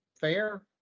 fair